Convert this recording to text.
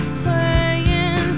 playing